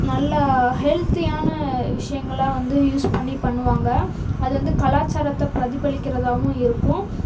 நல்லா ஹெல்த்தியான விஷயங்களா வந்து யூஸ் பண்ணி பண்ணுவாங்க அது வந்து கலாச்சாரத்தை பிரதிபலிக்கிறதாகவும் இருக்கும்